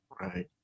right